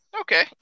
Okay